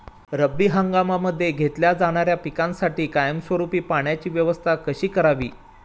रब्बी हंगामामध्ये घेतल्या जाणाऱ्या पिकांसाठी कायमस्वरूपी पाण्याची व्यवस्था कशी करावी?